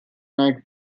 night